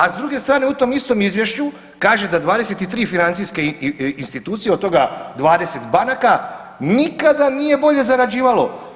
A s druge strane u tom istom Izvješću kaže da 23 financijske institucije od toga 20 banaka nikada nije bolje zarađivalo.